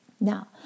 Now